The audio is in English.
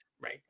right